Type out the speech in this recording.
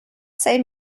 sei